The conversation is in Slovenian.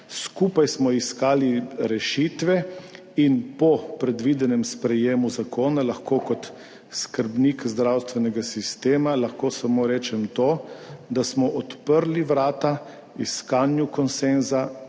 Skupaj smo iskali rešitve in po predvidenem sprejemu zakona, lahko kot skrbnik zdravstvenega sistema, lahko samo rečem to, da smo odprli vrata iskanju konsenza,